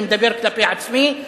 אני מדבר כלפי עצמי,